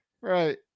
right